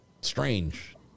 strange